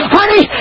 Honey